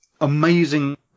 amazing